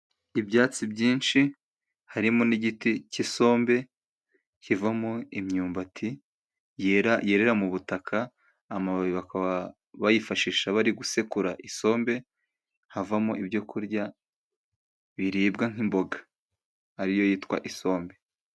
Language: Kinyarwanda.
Ibyatsi byinshi harimo n'igiti cy'isombe kivamo imyumbati yera, yerera mu butaka. Amababi bakaba bayifashisha bari gusekura isombe. Havamo ibyo kurya biribwa nk'imboga ariyo yitwa isombe.